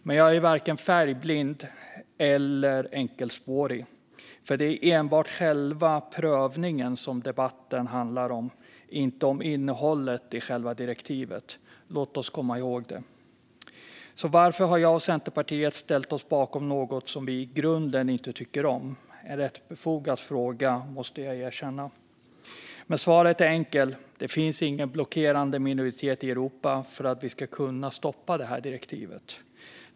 Men jag är varken färgblind eller enkelspårig, för det är enbart själva prövningen som debatten handlar om, inte innehållet i själva direktivet. Låt oss komma ihåg det. Varför har då jag och Centerpartiet ställt oss bakom något som vi i grunden inte tycker om? Det är en rätt befogad fråga, måste jag erkänna, men svaret är enkelt. Det finns ingen blockerande minoritet i Europa för att vi ska kunna stoppa direktivet.